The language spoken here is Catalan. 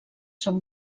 són